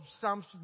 Psalms